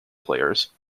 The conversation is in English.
players